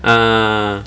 uh